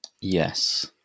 Yes